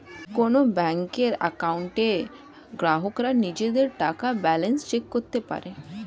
কোন ব্যাংকের অ্যাকাউন্টে গ্রাহকরা নিজেদের টাকার ব্যালান্স চেক করতে পারে